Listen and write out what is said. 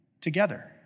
together